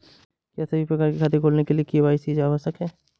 क्या सभी प्रकार के खाते खोलने के लिए के.वाई.सी आवश्यक है?